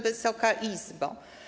Wysoka Izbo!